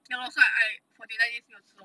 ya lor so I forty nine days 没有吃 lor